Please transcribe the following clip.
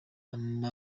amagini